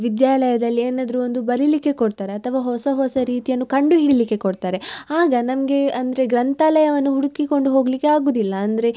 ವಿದ್ಯಾಲಯದಲ್ಲಿ ಏನಾದರು ಒಂದು ಬರೀಲಿಕ್ಕೆ ಕೊಡ್ತಾರೆ ಅಥವಾ ಹೊಸ ಹೊಸ ರೀತಿಯನ್ನು ಕಂಡು ಹಿಡೀಲಿಕ್ಕೆ ಕೊಡ್ತಾರೆ ಆಗ ನಮಗೆ ಅಂದರೆ ಗ್ರಂಥಾಲಯವನ್ನು ಹುಡುಕಿಕೊಂಡು ಹೋಗಲಿಕ್ಕೆ ಆಗೋದಿಲ್ಲ ಅಂದರೆ